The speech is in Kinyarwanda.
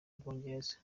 bwongereza